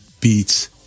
beats